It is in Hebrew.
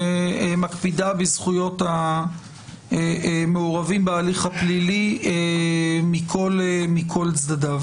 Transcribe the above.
שמקפידה בזכויות המעורבים בהליך הפלילי מכל צדדיו.